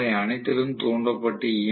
அவை அனைத்திலும் தூண்டப்பட்ட ஈ